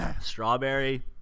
strawberry